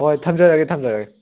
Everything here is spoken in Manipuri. ꯍꯣꯏ ꯊꯝꯖꯔꯒꯦ ꯊꯝꯖꯔꯒꯦ